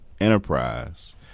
enterprise